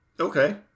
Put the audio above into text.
Okay